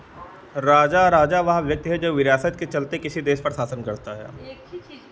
राजा राजा वह व्यक्ति है जो विरासत के चलते किसी देश पर शासन करता है एक ही चीज